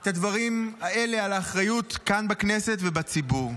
את הדברים האלה על האחריות כאן, בכנסת, ובציבור.